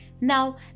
Now